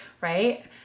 right